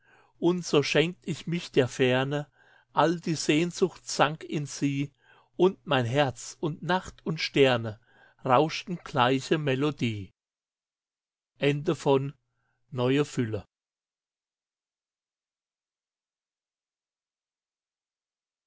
und so schenkt ich mich der ferne all die sehnsucht sank in sie und mein herz und nacht und sterne rauschten gleiche melodie